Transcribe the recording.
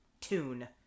tune